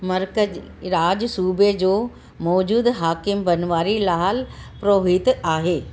मर्कज़ु राॼु सूबे जो मौजूदु हाकिम बनवारीलाल पुरोहित आहे